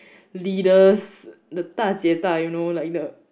leaders the da jie da you know like the